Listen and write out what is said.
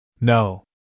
No